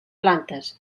plantes